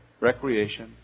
recreation